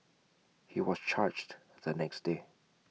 he was charged the next day